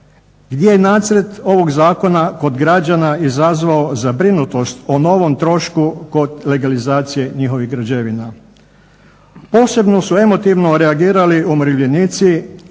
gdje je nacrt ovog zakona kod građana izazvao zabrinutost o novom trošku kod legalizacije njihovih građevina. Posebno su emotivno reagirali umirovljenici,